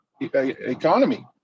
economy